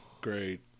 Great